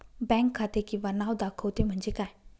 Bank खाते किंवा नाव दाखवते म्हणजे काय?